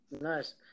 nice